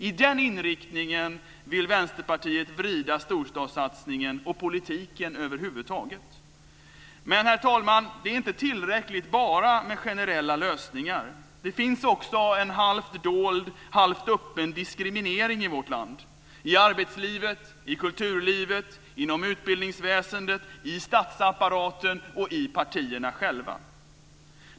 I den riktningen vill Vänsterpartiet vrida storstadssatsningen och politiken över huvud taget. Men, herr talman, det är inte tillräckligt med bara generella lösningar. Det finns också en halvt dold, halvt öppen diskriminering i vårt land, i arbetslivet, i kulturlivet, inom utbildningsväsendet, i statsapparaten och i partierna själva.